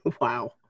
Wow